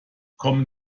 kommen